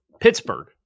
Pittsburgh